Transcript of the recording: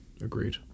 Agreed